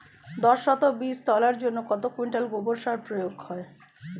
দশ শতক বীজ তলার জন্য কত কুইন্টাল গোবর সার প্রয়োগ হয়?